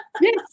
Yes